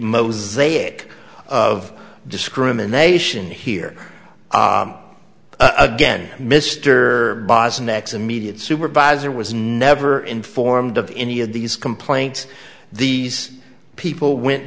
mosaic of discrimination here again mr bosniaks immediate supervisor was never informed of any of these complaints these people went